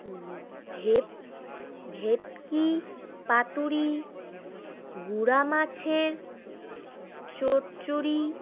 ভেপ ভেটকি পাতুড়ি গুড়া মাছের চচ্চড়ি